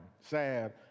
sad